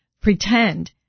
pretend